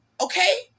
Okay